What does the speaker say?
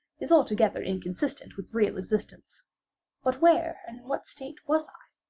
is altogether inconsistent with real existence but where and in what state was i?